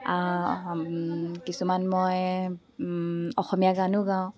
কিছুমান মই অসমীয়া গানো গাওঁ